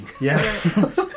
Yes